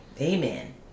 Amen